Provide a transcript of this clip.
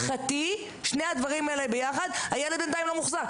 ורווחתי שני הדברים האלה ביחד הילד עדיין לא מוחזר".